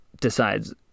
decides